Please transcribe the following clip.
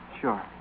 Sure